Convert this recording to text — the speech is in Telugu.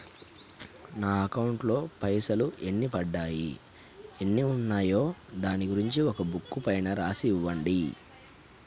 నా అకౌంట్ లో పైసలు ఎన్ని పడ్డాయి ఎన్ని ఉన్నాయో దాని గురించి ఒక బుక్కు పైన రాసి ఇవ్వండి?